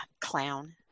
Clown